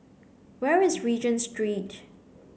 where is Regent Street